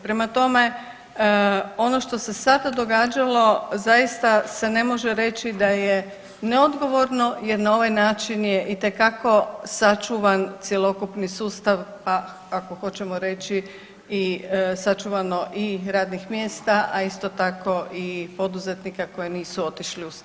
Prema tome, ono što se sada događalo zaista se ne može reći da je neodgovorno jer na ovaj način je itekako sačuvan cjelokupan sustav, pa ako hoćemo reći i, sačuvano i radnih mjesta, a isto tako i poduzetnika koji nisu otišli u stečaj.